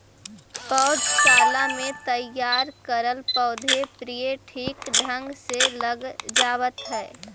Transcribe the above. पौधशाला में तैयार करल पौधे प्रायः ठीक ढंग से लग जावत है